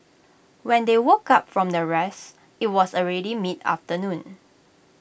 when they woke up from their rest IT was already mid afternoon